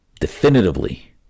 definitively